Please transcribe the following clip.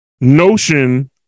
notion